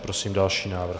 Prosím další návrh.